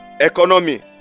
economy